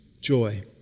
joy